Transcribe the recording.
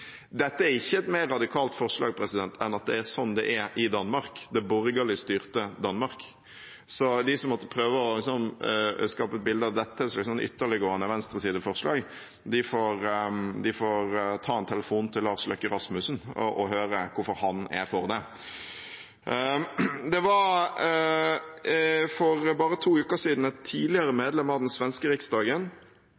Dette er ikke et mer radikalt forslag enn at det er slik det er i Danmark, det borgerlig styrte Danmark. Så de som måtte prøve å skape et bilde av dette som et slags ytterliggående venstresideforslag, får ta en telefon til Lars Løkke Rasmussen og høre hvorfor han er for det. For bare to uker siden var et tidligere